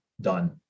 done